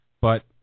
but-